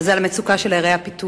ולדבר על המצוקה של ערי הפיתוח,